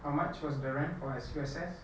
how much was the rent for S_U_S_S